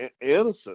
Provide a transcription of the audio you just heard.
innocent